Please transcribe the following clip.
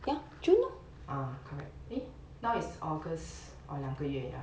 ah correct eh now is august 哦两个月啊